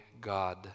God